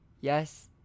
yes